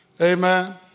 Amen